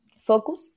focus